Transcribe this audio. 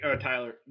Tyler